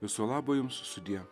viso labo jums sudie